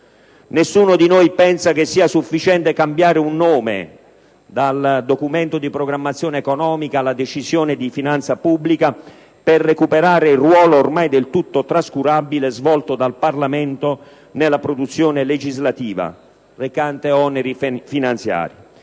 Nessuno di noi pensa che sia sufficiente cambiare un nome (da Documento di programmazione economico-finanziaria a Decisione di finanza pubblica) per recuperare il ruolo ormai del tutto trascurabile svolto dal Parlamento nella produzione legislativa recante oneri finanziari.